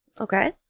Okay